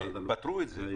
פתרו את זה.